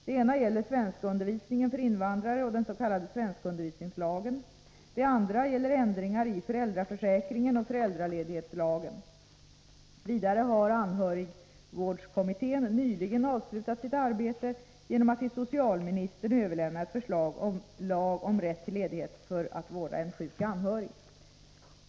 Det ena gäller svenskundervisningen för invandrare och dens.k. svenskundervisningslagen. Det andra gäller ändringar i föräldraförsäkringen och föräldraledighetslagen. Vidare har anhörigvårdskommittén nyligen avslutat sitt arbete genom att till socialministern överlämna ett förslag till lag om rätt till ledighet för att vårda en sjuk anhörig.